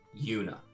yuna